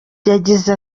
yagize